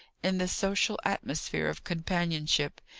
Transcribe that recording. in the social atmosphere of companionship,